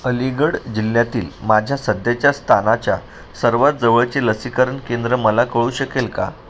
अलीगढ जिल्ह्यातील माझ्या सध्याच्या स्थानाच्या सर्वात जवळचे लसीकरण केंद्र मला कळू शकेल का